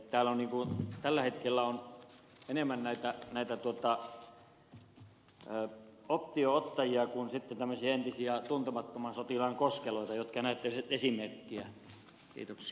täällä on tällä hetkellä enemmän näitä option ottajia kuin entisiä tuntemattoman sotilaan koskeloita jotka näyttäisivät esimerkkiä